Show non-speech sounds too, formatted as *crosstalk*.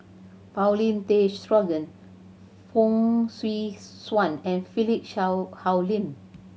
Paulin Tay Straughan Fong Swee Suan and Philip *unintelligible* Hoalim